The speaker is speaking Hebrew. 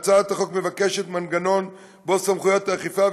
בהצעת החוק מנגנון שבו סמכויות האכיפה,